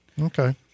Okay